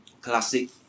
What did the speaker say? Classic